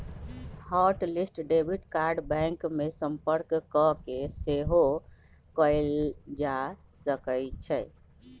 hot list debit card bank में संपर्क कऽके सेहो कएल जा सकइ छै